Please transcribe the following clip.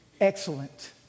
excellent